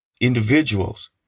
individuals